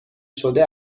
شده